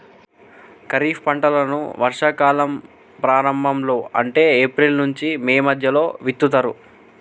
ఖరీఫ్ పంటలను వర్షా కాలం ప్రారంభం లో అంటే ఏప్రిల్ నుంచి మే మధ్యలో విత్తుతరు